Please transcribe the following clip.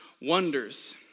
wonders